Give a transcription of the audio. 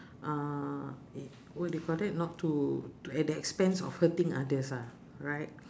uh what do you call that not to to at the expense of hurting others ah right